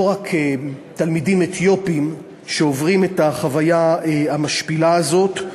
לא רק תלמידים אתיופיים עוברים את החוויה המשפילה הזאת.